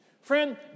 Friend